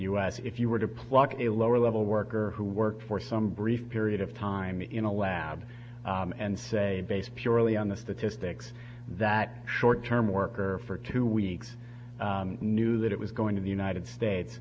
s if you were to pluck a lower level worker who worked for some brief period of time in a lab and say based purely on the statistics that short term worker for two weeks knew that it was going to the united states